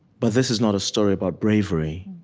but this is not a story about bravery